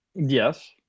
Yes